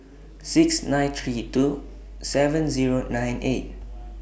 six nine three two seven Zero nine eight